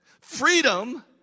Freedom